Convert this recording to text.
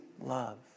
love